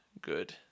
Good